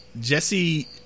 Jesse